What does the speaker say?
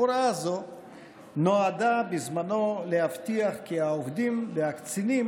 הוראה זה נועדה בזמנו להבטיח כי העובדים והקצינים